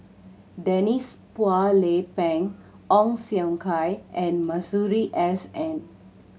Denise Phua Lay Peng Ong Siong Kai and Masuri S N